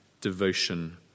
devotion